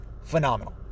phenomenal